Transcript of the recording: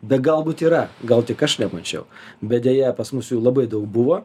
be galbūt yra gal tik aš nemačiau bet deja pas mus jų labai daug buvo